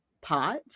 pot